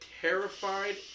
terrified